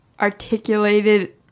articulated